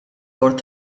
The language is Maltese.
bord